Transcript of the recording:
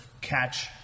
catch